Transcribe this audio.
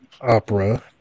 opera